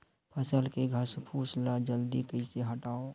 फसल के घासफुस ल जल्दी कइसे हटाव?